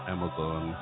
Amazon